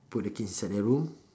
put the kids inside their room